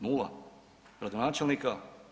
Nula gradonačelnika?